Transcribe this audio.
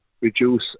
reduce